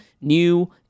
New